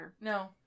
No